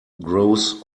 grows